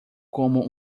como